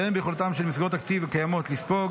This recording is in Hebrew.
שאין ביכולתן של מסגרות תקציב קיימות לספוג,